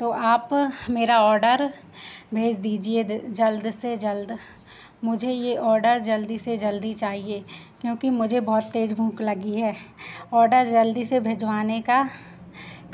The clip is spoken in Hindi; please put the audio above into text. तो आप मेरा ऑडर भेज दीजिए जल्द से जल्द मुझे ये ऑडर जल्दी से जल्दी चाहिए क्योंकि मुझे बहुत तेज भूख लगी है ऑडर जल्दी से भिजवाने का